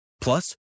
plus